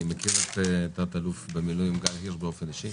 אני מכיר את תא"ל במילואים גל הירש באופן אישי